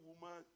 woman